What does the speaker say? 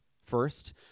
First